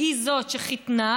שהיא זאת שחיתנה,